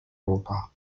roma